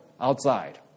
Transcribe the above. outside